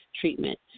treatment